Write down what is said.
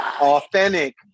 authentic